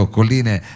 Colline